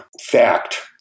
fact